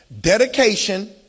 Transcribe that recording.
dedication